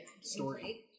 story